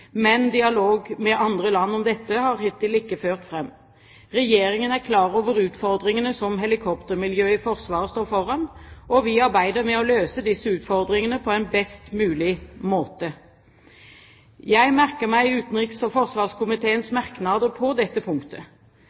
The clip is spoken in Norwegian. men dialog med andre land om dette har hittil ikke ført fram. Regjeringen er klar over utfordringene som helikoptermiljøet i Forsvaret står foran, og vi arbeider med å løse disse utfordringene på en best mulig måte. Jeg merker meg utenriks- og forsvarskomiteens merknader på dette punktet.